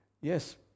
yes